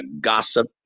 gossip